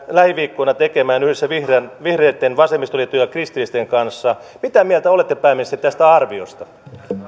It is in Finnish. lähiviikkoina tekemään yhdessä vihreitten vasemmistoliiton ja kristillisten kanssa mitä mieltä olette pääministeri tästä arviosta